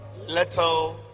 Little